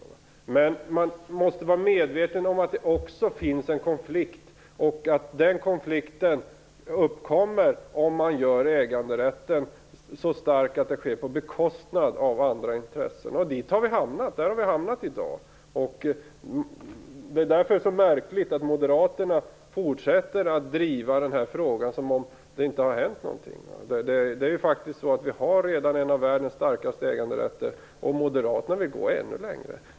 Men man måste vara medveten om att det också finns en konflikt och att den uppkommer om man gör äganderätten så stark att det sker på bekostnad av andra intressen. Och där har vi hamnat i dag. Därför är det så märkligt att moderaterna fortsätter att driva denna fråga som om det inte har hänt någonting. Vi har redan en av världens starkaste äganderätter, och moderaterna vill gå ännu längre.